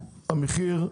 המחיר,